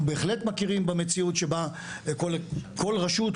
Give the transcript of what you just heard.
אנחנו בהחלט מכירים במציאות שבה כל רשות,